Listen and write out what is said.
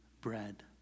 bread